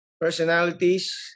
personalities